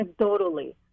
anecdotally